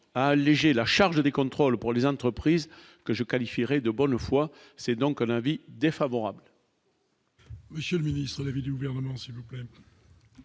à alléger la charge des contrôles pour les entreprises que je qualifierais de bonne foi, c'est donc lundi défavorable. Monsieur le ministre, l'avis du gouvernement, s'il vous plaît.